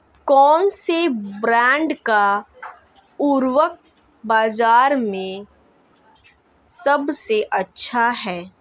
कौनसे ब्रांड का उर्वरक बाज़ार में सबसे अच्छा हैं?